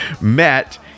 met